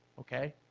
okay?